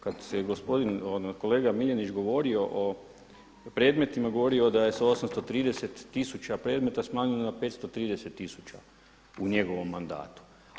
Kad se gospodin, kolega Miljenić govorio o predmetima govorio da je sa 830 tisuća predmeta smanjeno na 530 tisuća u njegovom mandatu.